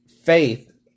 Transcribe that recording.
faith